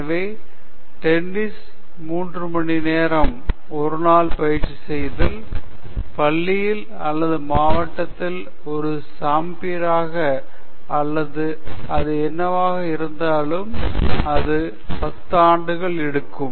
எனவே டென்னிஸை மூன்று மணிநேரம் ஒரு நாள் பயிற்சி செய்தால் பள்ளியில் அல்லது மாவட்டத்தில் ஒரு சாம்பியராக அல்லது அது என்னவாக இருந்தாலும் அது பத்து ஆண்டுகளுக்கு எடுக்கும்